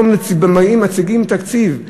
מציגים תקציב,